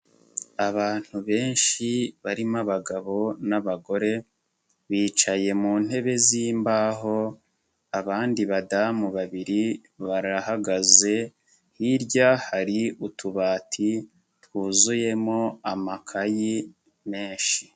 Abantu benshi barimo abagabo n'abagore, bicaye mu ntebe zimbaho, abandi badamu babiri barahagaze, hirya hari utubati twuzuyemo amakayi menshi.